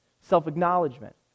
self-acknowledgement